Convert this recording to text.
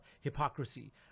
Hypocrisy